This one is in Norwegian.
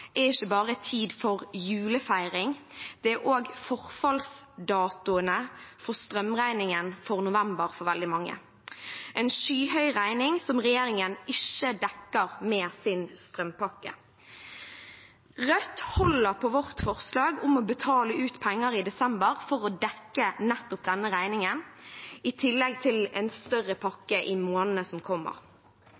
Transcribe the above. er det ikke bare tid for julefeiring. Det er også forfallsdatoer for strømregningen for november for veldig mange – en skyhøy regning regjeringen ikke dekker med sin strømpakke. Vi i Rødt holder på vårt forslag om å betale ut penger i desember for å dekke nettopp denne regningen, i tillegg til en større